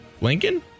Lincoln